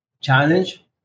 challenge